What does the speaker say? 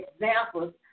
examples